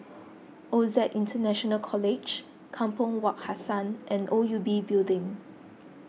Osac International College Kampong Wak Hassan and O U B Building